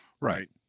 Right